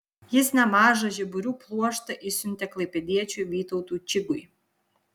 jis nemažą žiburių pluoštą išsiuntė klaipėdiečiui vytautui čigui